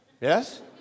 Yes